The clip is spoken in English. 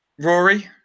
rory